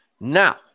Now